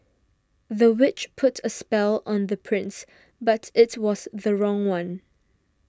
the witch put a spell on the prince but it was the wrong one